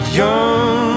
young